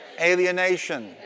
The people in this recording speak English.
alienation